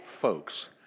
folks